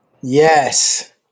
Yes